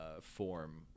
form